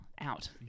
out